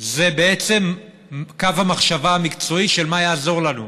זה בעצם קו המחשבה המקצועי של מה יעזור לנו,